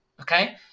okay